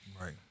Right